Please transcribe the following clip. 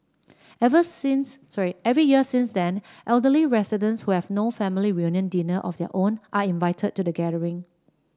every since sorry every year since then elderly residents who have no family reunion dinner of their own are invited to the gathering